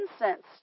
incense